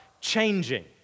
changing